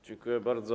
Dziękuję bardzo.